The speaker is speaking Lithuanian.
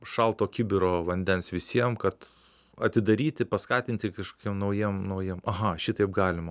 šalto kibiro vandens visiem kad atidaryti paskatinti kažkokiem naujiem naujiem aha šitaip galima